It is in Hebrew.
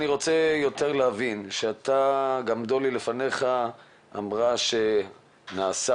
אני רוצה להבין גם דולי לפניך אמרה שנעשתה